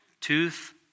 tooth